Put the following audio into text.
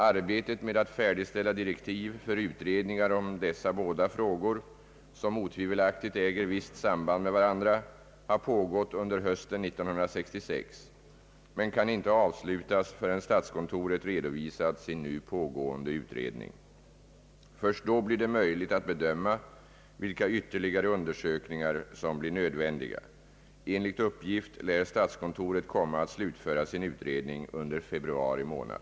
Arbetet med att färdigställa direktiv för utredningar om dessa båda frågor, som otvivelaktigt äger visst samband med varandra, har pågått under hösten 1966 men kan inte avslutas förrän statskontoret redovisat sin nu pågående utredning. Först då blir det möjligt att bedöma vilka ytterligare undersökningar som blir nödvändiga. Enligt uppgift lär statskontoret komma att slutföra sin utredning under februari månad.